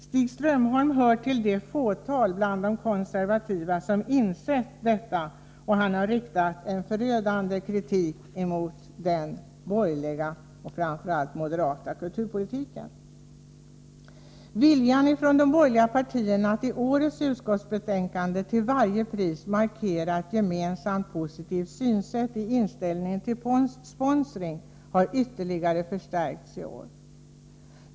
Stig Strömholm hör till det fåtal bland de konservativa som insett detta, och han har riktat en förödande kritik mot den borgerliga och framför allt den moderata kulturpolitiken. Viljan hos de borgerliga partierna att i utskottsbetänkandet till varje pris markera ett gemensamt positivt synsätt i inställningen till sponsring har ytterligare förstärkts i år.